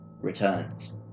returns